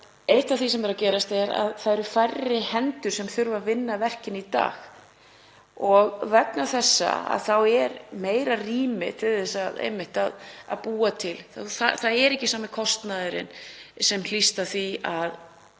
Eitt af því sem er að gerast er að það eru færri hendur sem þurfa að vinna verkin í dag og vegna þess er meira rými til þess einmitt að búa til og skapa. Það er ekki sami kostnaðurinn sem hlýst af því að